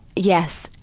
yes.